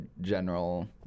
general